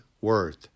worth